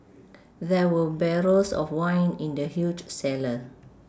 there were barrels of wine in the huge cellar